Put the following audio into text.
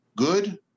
Good